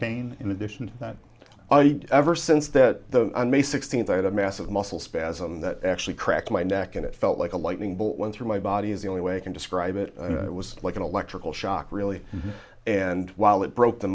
pain in addition to that ever since that may sixteenth i had a massive muscle spasm that actually cracked my neck and it felt like a lightning bolt went through my body is the only way i can describe it it was like an electrical shock really and while it broke the